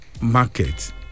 market